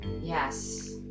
Yes